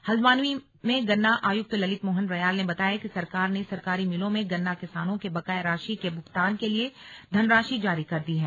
हल्द्वानी में गन्ना आयुक्त ललित मोहन रयाल ने बताया कि सरकार ने सरकारी मिलों में गन्ना किसानों के बकाया राशि के भुगतान के लिए धनराशि जारी कर दी है